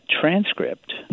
transcript